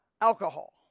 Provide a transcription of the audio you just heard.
Alcohol